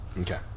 Okay